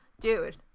dude